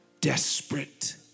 desperate